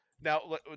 Now